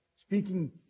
speaking